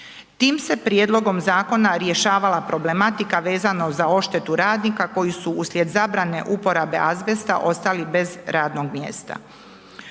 Tim se prijedlogom zakona rješavala problematika vezana za odštetu radnika koji su uslijed zabrane uporabe azbesta, ostali bez radnog mjesta.